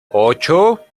ocho